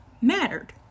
mattered